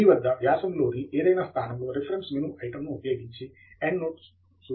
మీ వద్ద వ్యాసంలోని ఏదైనా స్థానంలో రిఫరెన్స్ మెను ఐటెమ్ను ఉపయోగించి ఎండ్నోట్ సూచనలను చొప్పించండి